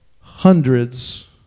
hundreds